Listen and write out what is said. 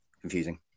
confusing